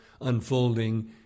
unfolding